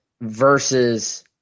Versus